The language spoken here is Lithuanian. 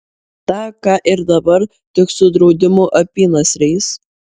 tą ką ir dabar tik su draudimų apynasriais